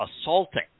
assaulting